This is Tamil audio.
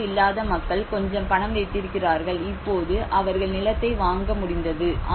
வீடுகள் இல்லாத மக்கள் கொஞ்சம் பணம் வைத்திருக்கிறார்கள் இப்போது அவர்கள் நிலத்தை வாங்க முடிந்தது